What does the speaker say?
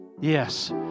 Yes